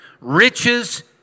riches